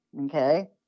okay